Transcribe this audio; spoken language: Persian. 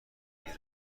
گیره